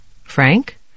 Frank